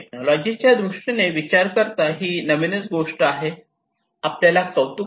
टेक्नॉलॉजीच्या दृष्टीने विचार करता ही नवीनच गोष्ट आहे याचे आपल्याला कौतुक आहे